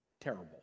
terrible